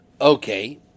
okay